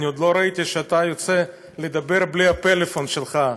אני עוד לא ראיתי שאתה יוצא לדבר בלי הפלאפון שלך.